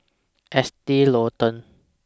Estee Lauder